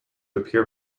appear